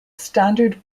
standard